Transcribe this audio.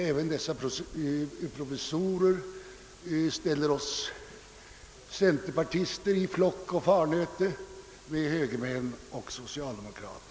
Även dessa professorer ställer oss mittenpartister i flock och farnöte med högermän och socialdemokrater.